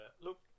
look